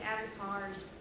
Avatar's